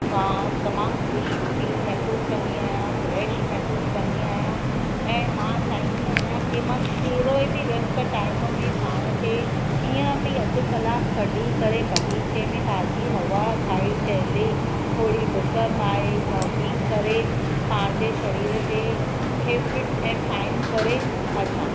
मां तमामु ख़ुशि फील महसूसु कंदी आहियां फ्रेश महसूसु कंदी आहियां ऐं मां चाहींदी आहियां की मां कहिड़ो ई बि व्यस्त टाइम में पाण खे कीअं बि अधु कलाकु कढी करे बगीचे में ताज़ी हवा खाई टहले थोरी ॾुक पाए जॉगिंग करे पंहिंजे शरीर जे खे फिट ऐं फाइन करे अचां